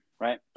right